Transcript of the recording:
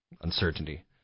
uncertainty